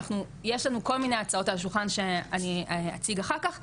יש לנו כל מיני הצעות על השולחן שאני אציג אחר כך,